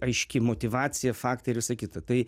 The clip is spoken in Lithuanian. aiški motyvacija faktai ir visa kita tai